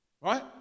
Right